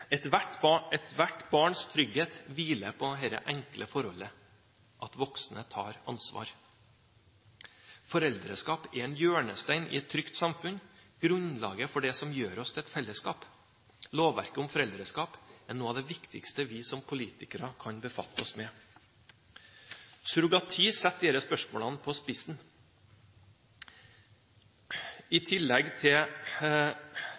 Ethvert barns trygghet hviler på dette enkle forholdet, at voksne tar ansvar. Foreldreskap er en hjørnestein i et trygt samfunn – grunnlaget for det som gjør oss til et fellesskap. Lovverket om foreldreskap er noe av det viktigste vi som politikere kan befatte oss med. Surrogati setter disse spørsmålene på spissen.